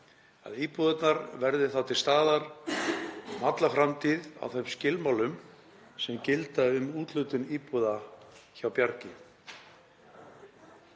að íbúðirnar verði til staðar um alla framtíð á þeim skilmálum sem gilda um úthlutun íbúða hjá Bjargi.